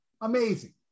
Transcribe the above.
Amazing